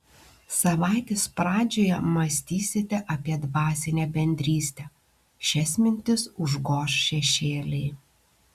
savaitės pradžioje mąstysite apie dvasinę bendrystę šias mintis užgoš šešėliai